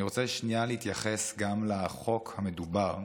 אני רוצה שנייה להתייחס גם לחוק המדובר,